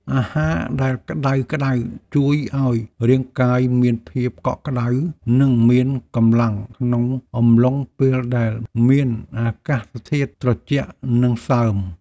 អាហារដែលក្ដៅៗជួយឱ្យរាងកាយមានភាពកក់ក្តៅ និងមានកម្លាំងក្នុងអំឡុងពេលដែលមានអាកាសធាតុត្រជាក់និងសើម។